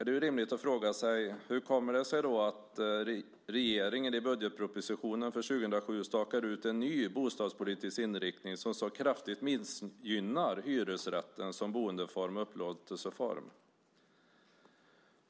Det är rimligt att fråga sig: Hur kommer det sig att regeringen i budgetpropositionen för år 2007 stakar ut en ny bostadspolitisk inriktning som så kraftigt missgynnar hyresrätten som boendeform och upplåtelseform?